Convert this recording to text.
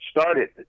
started